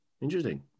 Interesting